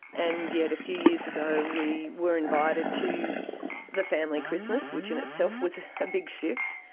and yet a few years ago we were invited to the family christmas which in itself was a big shift,